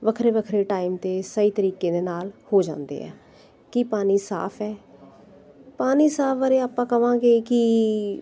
ਵੱਖਰੇ ਵੱਖਰੇ ਟਾਈਮ 'ਤੇ ਸਹੀ ਤਰੀਕੇ ਦੇ ਨਾਲ ਹੋ ਜਾਂਦੇ ਆ ਕਿ ਪਾਣੀ ਸਾਫ ਹੈ ਪਾਣੀ ਸਾਫ ਬਾਰੇ ਆਪਾਂ ਕਹਾਂਗੇ ਕਿ